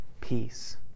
peace